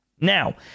Now